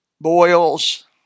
boils